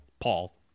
Paul